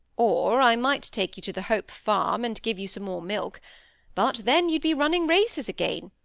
or i might take you to the hope farm, and give you some more milk but then you'd be running races again,